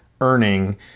earning